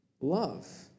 love